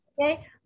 Okay